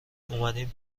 اومدین